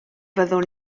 fyddwn